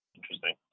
Interesting